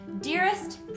Dearest